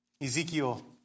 Ezekiel